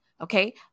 okay